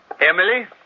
Emily